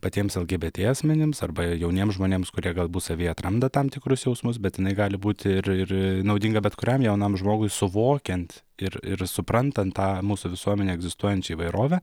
patiems lgbt asmenims arba jauniems žmonėms kurie galbūt savyje atranda tam tikrus jausmus bet jinai gali būti ir ir naudinga bet kuriam jaunam žmogui suvokiant ir ir suprantant tą mūsų visuomenėj egzistuojančią įvairovę